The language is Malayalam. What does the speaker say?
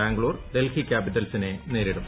ബാംഗ്ലൂർ ഡൽഹി കൃാപിറ്റൽസിനെ നേരിടും